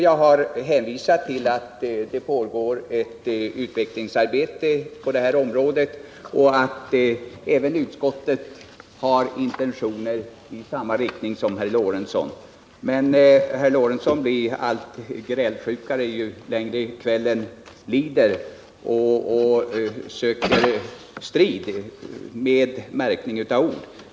Jag har hänvisat till att det pågår ett utvecklingsarbete på det här området och att även utskottet har intentioner i samma riktning som herr Lorentzon. Men herr Lorentzon blir allt grälsjukare ju längre kvällen lider och söker strid med märkning av ord.